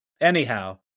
Anyhow